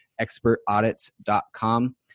expertaudits.com